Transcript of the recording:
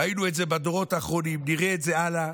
ראינו את זה בדורות האחרונים, נראה את זה הלאה,